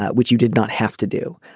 ah which you did not have to do.